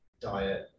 diet